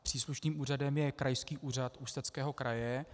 Příslušným úřadem je Krajský úřad Ústeckého kraje.